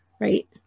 right